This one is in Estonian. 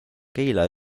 keila